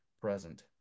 present